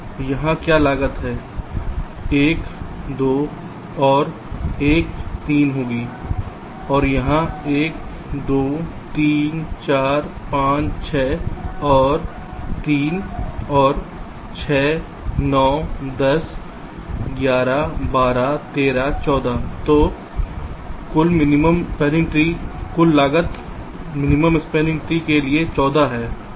तो यहाँ क्या लागत 1 2 और 1 3 होगी यहाँ 1 2 3 4 5 6 और 3 और 6 9 10 11 12 13 14 तो कुल लागत मिनिमम स्पैनिंग ट्री के लिए 14 है